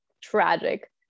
tragic